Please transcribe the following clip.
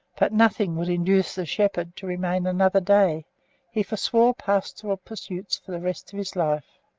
but nothing would induce the shepherd to remain another day he forswore pastoral pursuits for the rest of his life.